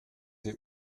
ihr